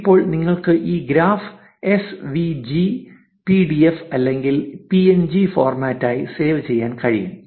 ഇപ്പോൾ നിങ്ങൾക്ക് ഈ graph S V G P D F അല്ലെങ്കിൽ പി എൻ ജി ഫോർമാറ്റായി സേവ് ചെയ്യാൻ കഴിയും